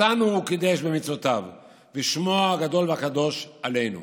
אותנו הוא קידש במצוותיו ושמו הגדול והקדוש עלינו.